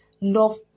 love